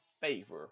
favor